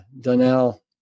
Donnell